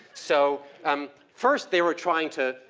so um first they were trying to,